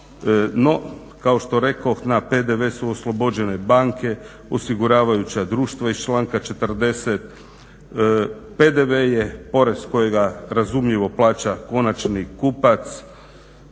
kao što rekoh na PDV su oslobođene banke, osiguravajuća društva iz članka 40. PDV je porez kojeg razumljivo plaća konačni kupac